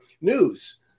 News